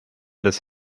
des